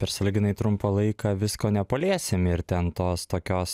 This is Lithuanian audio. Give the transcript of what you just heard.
per sąlyginai trumpą laiką visko nepaliesim ir ten tos tokios